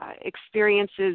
experiences